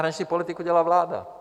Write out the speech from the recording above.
Naši politiku dělá vláda.